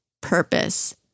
purpose